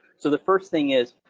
so the first thing is,